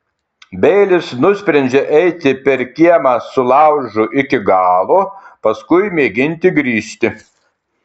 beilis nusprendžia eiti per kiemą su laužu iki galo paskui mėginti grįžti